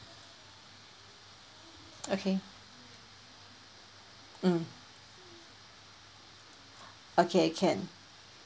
okay mm okay can